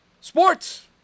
Sports